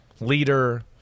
Leader